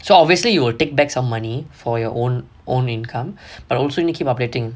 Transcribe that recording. so obviously you will take back of money for your own own income but also to keep upgrading